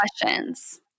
questions